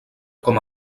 com